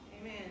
Amen